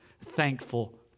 thankful